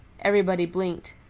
everybody blinked.